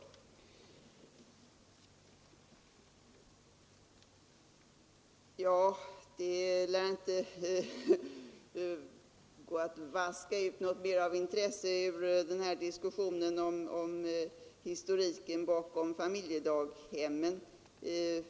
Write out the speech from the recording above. Det lär inte gå att vaska ut något mer av intresse ur diskussionen om historiken bakom familjedaghemmen.